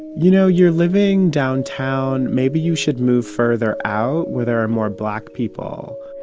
you know, you're living downtown. maybe you should move further out, where there are more black people.